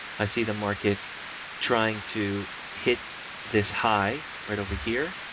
i see the market trying to hit this high, right over here,